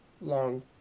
long